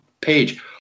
page